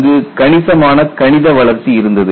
அங்கு கணிசமான கணித வளர்ச்சி இருந்தது